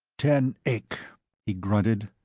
ten eyck! he grunted.